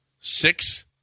six